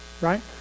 right